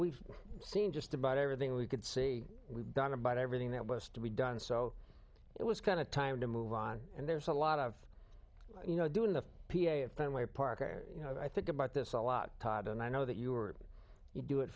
we've seen just about everything we could see we've done about everything that was to be done so it was kind of time to move on and there's a lot of you know doing the p a of family parker you know i think about this a lot todd and i know that you are you do it